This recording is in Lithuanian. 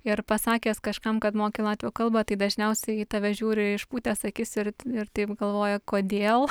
ir pasakęs kažkam kad moki latvių kalbą tai dažniausiai į tave žiūri išpūtęs akis ir ir taip galvoja kodėl